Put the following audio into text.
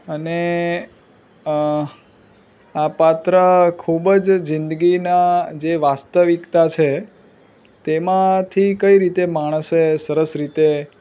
અને આ પાત્ર ખૂબ જ જિંદગીનાં જે વાસ્તવિકતા છે તેમાંથી કઈ રીતે માણસે સરસ રીતે